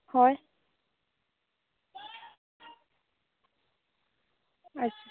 ᱦᱳᱭ ᱟᱪᱪᱷᱟ